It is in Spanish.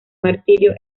martirio